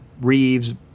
Reeves